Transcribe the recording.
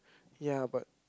ya but